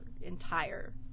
entire